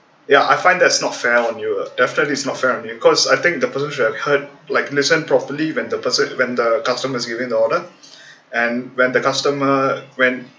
ya I find that's not fair on you definitely not fair on you cause I think the person should have heard like listen properly when the person when the customer is giving the order and when the customer when